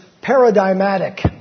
paradigmatic